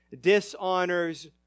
Dishonors